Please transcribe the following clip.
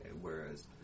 whereas